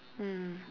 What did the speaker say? mm